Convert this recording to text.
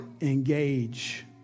engage